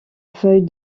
feuille